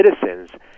citizens